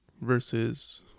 versus